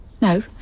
No